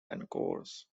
encores